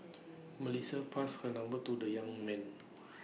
Melissa passed her number to the young man